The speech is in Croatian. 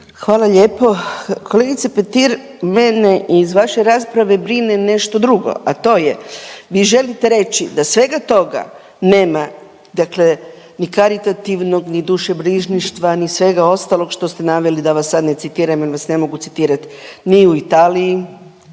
Hvala lijepo. Kolegice Petir, mene iz vaše rasprave brine nešto drugo, a to je, vi želite reći da svega toga nema, dakle, ni karitativnog ni dušobrižništva ni svega ostalog što ste naveli, da vas sad ne citiram jer vas ne mogu citirati, ni u Italiji